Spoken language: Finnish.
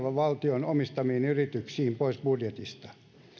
valtion omistamiin yrityksiin pois budjetista